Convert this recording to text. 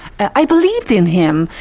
i believed in him,